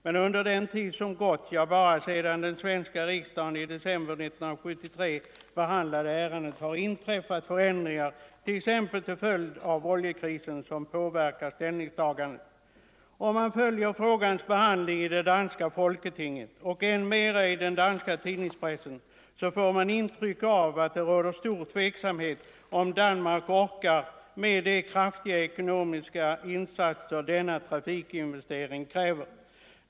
Men under den tid som gått, ja, bara sedan svenska riksdagen i december 1973 behandlade ärendet, har inträffat förändringar, t.ex. till följd av oljekrisen, som påverkar ställningstagandet. Om man följer frågans behandling i det danska folketinget och än mera i den danska tidningspressen, så får man ett intryck av att det råder stor tveksamhet om huruvida Danmark orkar med de kraftiga ekonomiska insatser som denna trafikinvestering kräver.